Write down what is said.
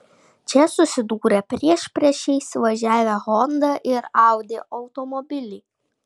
čia susidūrė priešpriešiais važiavę honda ir audi automobiliai